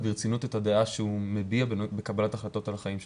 ברצינות את הדעה שהוא מביע בקבלת החלטות על החיים שלו.